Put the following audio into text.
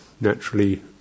naturally